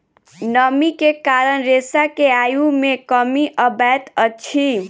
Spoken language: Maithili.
नमी के कारण रेशा के आयु मे कमी अबैत अछि